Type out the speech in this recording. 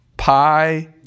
Pi